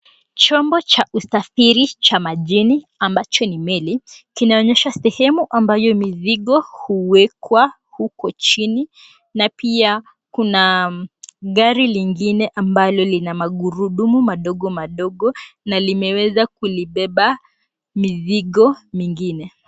Chombo cha usafiri cha majini ambacho ni meli, kinaonyesha sehemu ambayo mzigo huwekwa huko chini na pia kuna gari lingine ambalo lina magurudumu madogo madogo na limeweza kulibeba mizigo mingine.